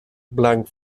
blanc